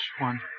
one